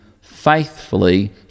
faithfully